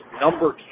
number